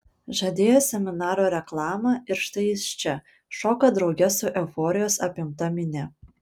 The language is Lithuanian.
žadėjo seminaro reklama ir štai jis čia šoka drauge su euforijos apimta minia